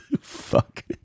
Fuck